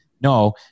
No